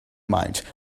mind